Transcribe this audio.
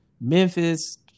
Memphis